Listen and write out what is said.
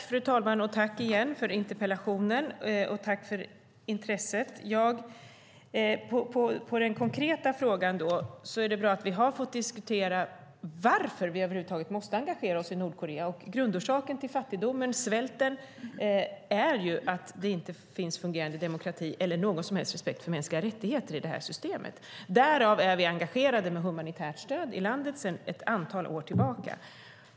Fru talman! Tack igen för interpellationen, Markus Wiechel, och tack för intresset! När det gäller den konkreta frågan är det bra att vi har fått diskutera varför vi över huvud taget måste engagera oss i Nordkorea. Grundorsaken till fattigdomen och svälten är att det inte finns en fungerande demokrati eller någon som helst respekt för mänskliga rättigheter i det systemet. Därför är vi sedan ett antal år tillbaka engagerade med humanitärt stöd i landet.